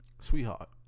sweetheart